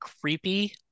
creepy